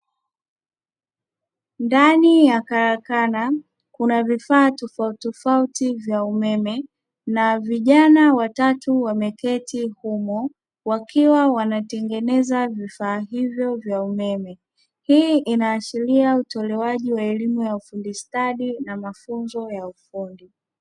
Ndani ya karakana kuna vifaa tofautitofauti vya umeme na vijana watatu wameketi humo wakiwa wanatengeneza vifaa hivyo vya umeme, hii inaashiria utolewaji wa elimu ya ufundi stadi na mafunzo ya ufundi.